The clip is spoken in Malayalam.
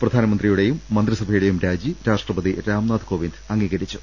പ്രധാനമന്ത്രിയുടെയും മന്ത്രിസഭയുടെയും രാജി രാഷ്ട്രപതി രാംനാഥ് കോവിന്ദ് അംഗീകരിച്ചു